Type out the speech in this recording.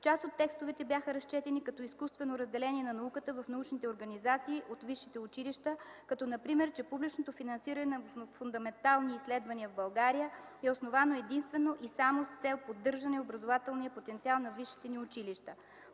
Част от текстовете бяха разчетени като изкуственото разделение на науката в научните организации от висшите училища, като например, че публичното финансиране на фундаментални изследвания в България с основано единствено и само с цел поддържане на образователния потенциал на висшите ни училища.